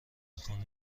خانه